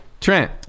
Trent